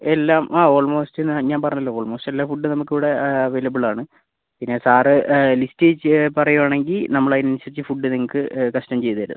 എല്ലാം ആ ഓൾമോസ്റ്റ് ഞാൻ പറഞ്ഞല്ലോ ഓൾമോസ്റ്റ് എല്ലാ ഫുഡും നമുക്ക് ഇവിടെ അവൈലബിൾ ആണ് പിന്നെ സാർ ലിസ്റ്റ് ചി പറയുവാണെങ്കിൽ നമ്മൾ അതിനനുസരിച്ച് ഫുഡ് നിങ്ങൾക്ക് കസ്റ്റം ചെയ്തുതരും